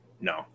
No